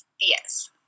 Yes